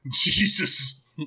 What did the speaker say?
Jesus